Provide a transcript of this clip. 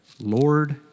Lord